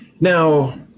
Now